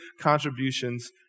contributions